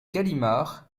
galimard